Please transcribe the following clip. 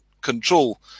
control